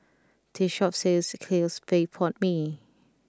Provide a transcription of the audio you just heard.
this shop sells Clay Pot Mee